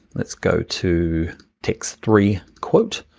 let's go to text three quote,